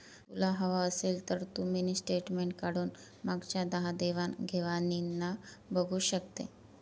तुला हवं असेल तर तू मिनी स्टेटमेंट काढून मागच्या दहा देवाण घेवाणीना बघू शकते